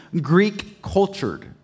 Greek-cultured